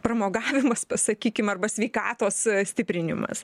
pramogavimas pasakykim arba sveikatos stiprinimas